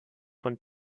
von